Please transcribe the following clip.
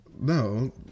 No